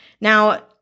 now